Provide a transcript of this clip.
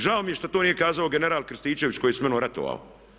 Žao mi je što to nije kazao general Krstičević koji je samnom ratovao.